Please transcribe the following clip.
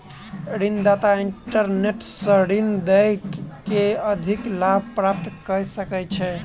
ऋण दाता इंटरनेट सॅ ऋण दय के अधिक लाभ प्राप्त कय सकै छै